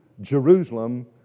Jerusalem